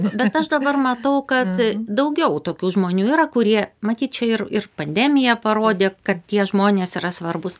bet aš dabar matau kad daugiau tokių žmonių yra kurie matyt čia ir ir pandemija parodė kad tie žmonės yra svarbūs